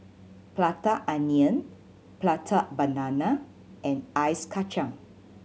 Prata Onion Prata Banana and Ice Kachang